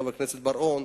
חבר הכנסת בר-און,